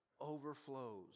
overflows